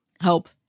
Help